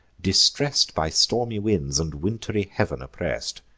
distress'd, by stormy winds and wintry heav'n oppress'd.